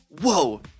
Whoa